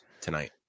tonight